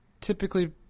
typically –